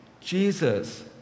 Jesus